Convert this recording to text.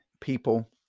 people